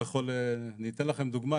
אני אתן לכם דוגמה.